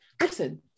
Listen